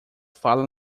fala